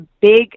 big